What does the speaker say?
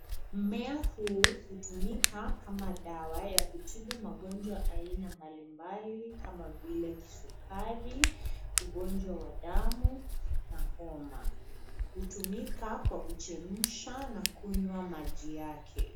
Mmea huu hutumika kama dawa ya kutibu magonjwa aina mbalimbali kama vile kisukari, ugonjwa wa damu na homa. Hutumika kwa kuchemsha kunywa maji yake.